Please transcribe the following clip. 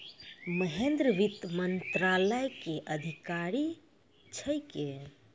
महेन्द्र वित्त मंत्रालय के अधिकारी छेकै